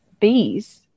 bees